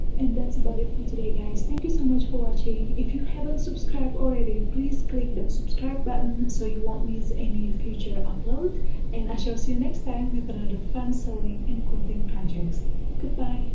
and that's about it for today guys thank you so much for watching if you haven't subscribed already please click that subscribe button so you won't miss any future upload and i shall see you next time with another fun sewing and quilting projects goodbye!